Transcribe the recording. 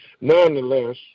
Nonetheless